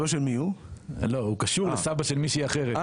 כן,